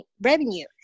revenue